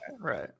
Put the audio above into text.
Right